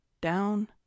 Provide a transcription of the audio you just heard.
down